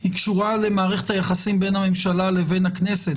היא קשורה למערכת היחסים בין הממשלה לבין הכנסת.